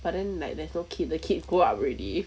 but then like there's no kid the kid go up already